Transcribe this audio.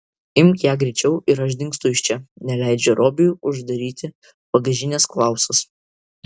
imk ją greičiau ir aš dingstu iš čia neleidžia robiui uždaryti bagažinės klausas